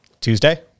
Tuesday